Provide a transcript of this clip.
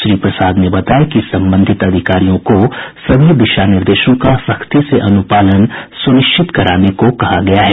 श्री प्रसाद ने बताया कि संबंधित अधिकारियों को सभी दिशा निर्देशों का सख्ती से अनुपालन सुनिश्चित कराने को कहा गया है